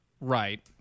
Right